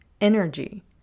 energy